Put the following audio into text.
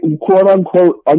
quote-unquote